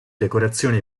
decorazioni